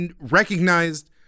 recognized